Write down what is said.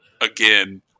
again